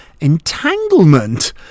entanglement